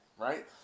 right